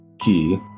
key